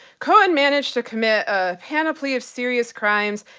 cohen managed to commit a panoply of serious crimes.